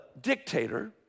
dictator